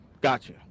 Gotcha